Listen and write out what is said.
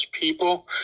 people